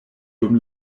dum